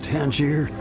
Tangier